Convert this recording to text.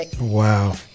Wow